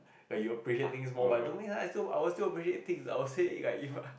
like you appreciate things more but don't think so leh I still I will still appreciate things I will say it like it